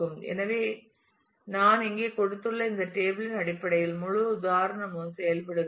எனவே எனவே நான் இங்கே கொடுத்துள்ள இந்த டேபிள் இன் அடிப்படையில் முழு உதாரணமும் செயல்பட்டது